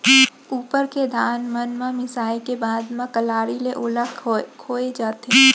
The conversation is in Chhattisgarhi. उप्पर के धान मन ल मिसाय के बाद म कलारी ले ओला खोय जाथे